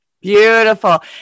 Beautiful